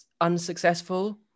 unsuccessful